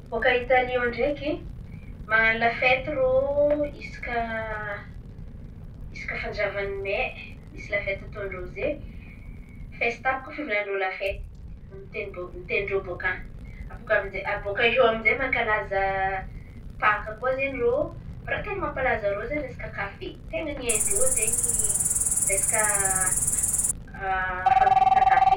Boaka a Italia ao ndraiky, man̈ano la fety rô isaka isaka fanjava ny me, misy la fety ataon-drô ze. Fiesta baka fivolan̈an-drô la fety amy ten̈y bo- amy ten̈in-rô boaka an̈y. Abaka a boaka iô aminjay, mankalaza paka koa zen̈y rô. Fa raha ten̈a mampalaza rô zen̈y resaka kafe. Ten̈a ny hain-drô zen̈y resaka fandokisan̈a kafe.